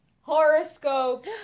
horoscope